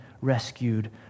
rescued